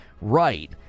right